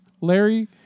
Larry